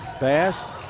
Bass